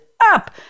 up